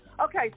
okay